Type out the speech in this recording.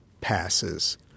passes